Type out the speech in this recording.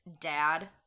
Dad